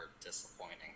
disappointing